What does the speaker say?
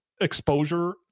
exposure